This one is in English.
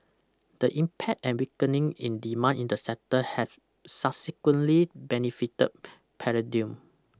the impact and weakening in demand in that sector has subsequently benefited palladium